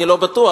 אני לא בטוח.